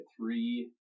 three